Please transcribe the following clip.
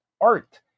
art